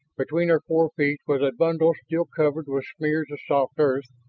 between her forefeet was a bundle still covered with smears of soft earth,